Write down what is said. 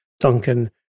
Duncan